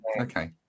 Okay